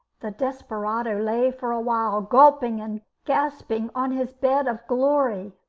the desperado lay for a while gulping and gasping on his bed of glory,